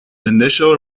initial